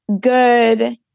good